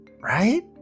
Right